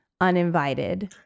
uninvited